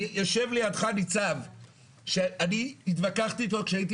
יושב לידך ניצב שאני התווכחתי איתו כשהייתי